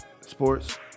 sports